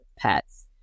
pets